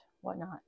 whatnot